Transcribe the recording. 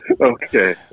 Okay